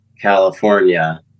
California